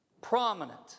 Prominent